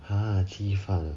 !huh! 鸡饭